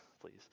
please